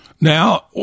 Now